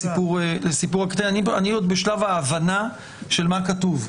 אני עוד בשלב ההבנה של מה כתוב.